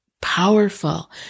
powerful